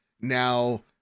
now